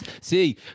see